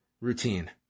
routine